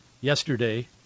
yesterday